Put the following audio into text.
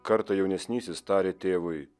kartą jaunesnysis tarė tėvui